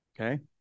Okay